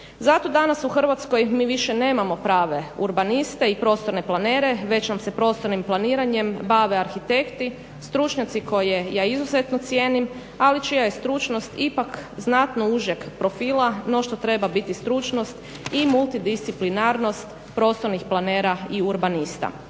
Zato danas u Hrvatskoj mi više nemamo prave urbaniste i prostorne planere, već vam se prostornim planiranjem bave arhitekti, stručnjaci koje ja izuzetno cijenim, ali čija je stručnost ipak znatno užeg profila no što treba biti stručnost i multidisciplinarnost prostornih planera i urbanista.